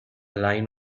line